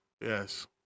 Yes